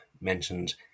mentioned